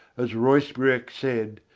as ruysbroeck said,